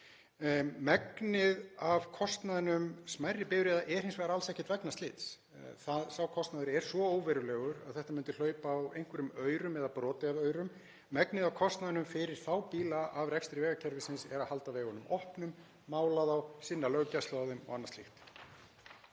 Megnið af kostnaði smærri bifreiða er hins vegar alls ekkert vegna slits. Sá kostnaður er svo óverulegur að þetta myndi hlaupa á einhverjum aurum eða broti af aurum. Megnið af kostnaðinum fyrir þá bíla af rekstri vegakerfisins er að halda vegunum opnum, mála þá, sinna löggæslu á þeim og annað slíkt.